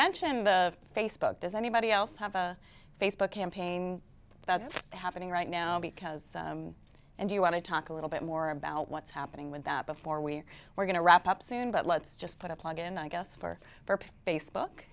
mentioned facebook does anybody else have a facebook campaign that's happening right now because and you want to talk a little bit more about what's happening with that before we we're going to wrap up soon but let's just put a plug in i guess for facebook